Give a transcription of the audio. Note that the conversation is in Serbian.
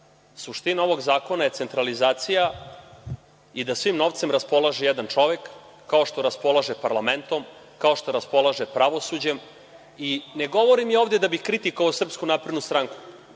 Suština ovog zakona je centralizacija i da svim novcem raspolaže jedan čovek, kao što raspolaže parlamentom, kao što raspolaže pravosuđem. Ne govorim ja ovde da bih kritikovao SNS, već govorim